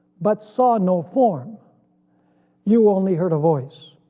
but saw no form you only heard a voice.